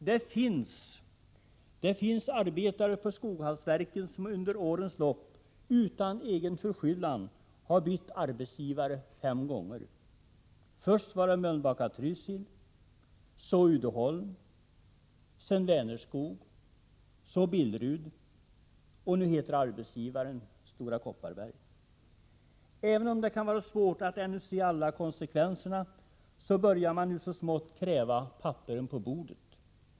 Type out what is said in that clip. Det finns arbetare på Skoghallsverken som under årens lopp utan egen förskyllan har bytt arbetsgivare fem gånger. Först var det Mölnbacka-Trysil, så Uddeholm, sedan Vänerskog, så Billerud, och nu heter arbetsgivaren Stora Kopparberg. Även om det kan vara svårt att ännu se vilka konsekvenserna blir, börjar man nu så smått kräva papperen på bordet.